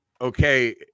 Okay